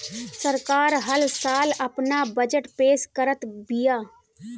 सरकार हल साल आपन बजट पेश करत बिया